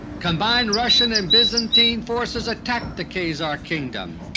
combined russian and byzantine forces attacked the khazar kingdom.